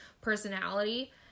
personality